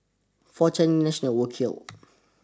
four nationals were killed